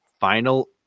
Final